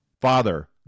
Father